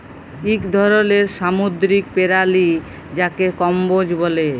ইক ধরলের সামুদ্দিরিক পেরালি যাকে কম্বোজ ব্যলে